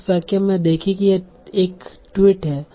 इस वाक्य में देखें कि यह एक ट्वीट है